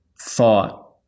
thought